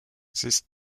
this